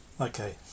okay